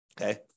Okay